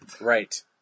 Right